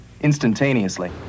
instantaneously